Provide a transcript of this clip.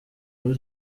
muri